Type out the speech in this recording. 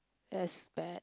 that's bad